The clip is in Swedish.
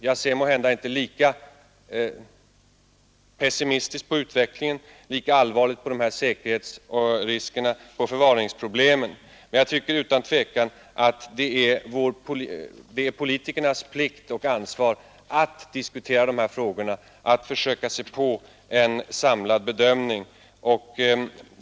Jag ser inte lika pessimistiskt på utvecklingen som fru Hambraeus, inte lika allvarligt på säkerhetsriskerna och förvaringsproblemen, men enligt min mening råder det intet tvivel om att det är politikernas plikt och ansvar att diskutera dessa frågor, att försöka sig på en samlad bedömning.